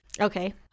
Okay